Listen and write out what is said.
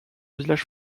village